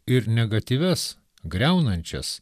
ir negatyvias griaunančias